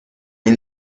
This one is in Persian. این